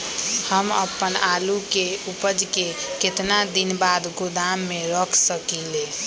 हम अपन आलू के ऊपज के केतना दिन बाद गोदाम में रख सकींले?